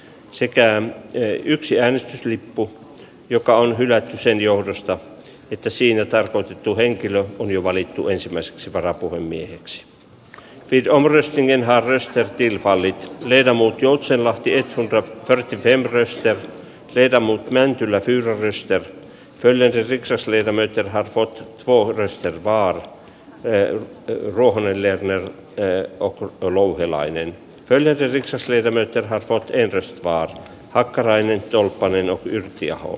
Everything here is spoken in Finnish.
sekään ei yksi äänestyslippu joka on kyllä sen johdosta että siinä tarkoitettu henkilö on valittu ensimmäiseksi varapuhemieheksi vitomoristinen harrastettiin vallit ledamot joutsenlahti on rocktähti ben restel teitä mut mäntylä fyra mister myllerryksessä niitä myöten hän voi koloristi vaan tein ruohonen lerner leena kokko on louhelainen pelityylinsä sydämetön hakoteille jos vaan hakkarainen tolppanen jyrki aho